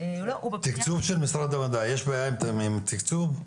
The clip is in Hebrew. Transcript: יש בעיה אבל עם התקציב?